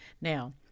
Now